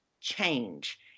change